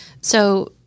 So-